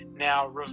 Now